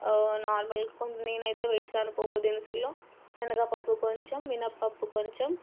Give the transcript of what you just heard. normal కొంచెం నేనైతే వేస్తాను పోపు దినుసుల్లో శనగపప్పు కొంచెం మినప్పప్పు కొంచెం